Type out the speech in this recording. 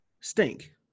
stink